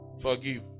Forgive